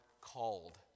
called